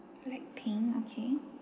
black pink okay